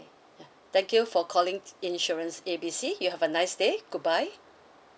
ya thank you for calling insurance A B C you have a nice day goodbye